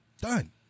Done